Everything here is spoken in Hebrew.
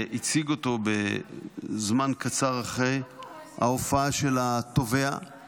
הציג אותו זמן קצר אחרי ההופעה של התובע,